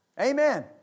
Amen